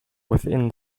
within